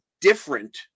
different